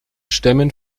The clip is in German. stämmen